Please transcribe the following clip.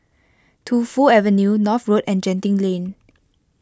Tu Fu Avenue North Road and Genting Lane